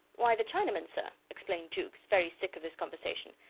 why, the chinamen, sir, explained jukes, very sick of this conversation.